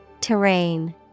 Terrain